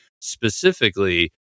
specifically